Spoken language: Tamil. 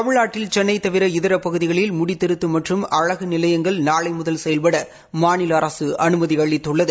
தமிழ்நாட்டில் சென்னை தவிர இதர பகுதிகளில் முடித்திருத்தும் மற்றும் அழகு நிலையங்கள் நாளை முதல் செயல்பட மநில அரசு அனுமதி அளித்துள்ளது